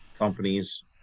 companies